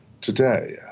today